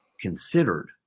considered